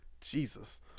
Jesus